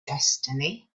destiny